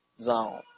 zone